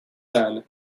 son